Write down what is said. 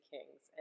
Kings